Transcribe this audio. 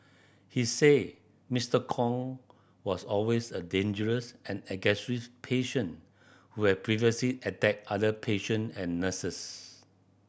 he said Mister Kong was always a dangerous and aggressive patient who have previously attacked other patient and nurses